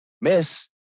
Miss